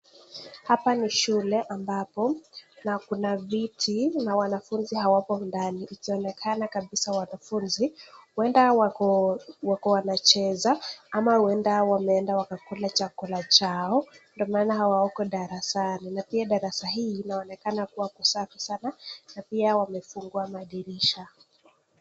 Hapa ni shule ambapo Kuna viti na wanafunzi hawapo ndani . Inaonekana kabisa wanafunzi huenda wanacheza ama huenda wakakula chakula chao ndio maana hawako na pia wanaonekana madirisha